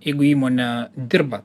jeigu įmonė dirba